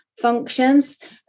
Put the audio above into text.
functions